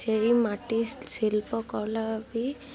ସେହି ମାଟି ଶିଳ୍ପ କଳା ବି